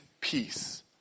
peace